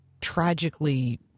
tragically